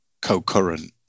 co-current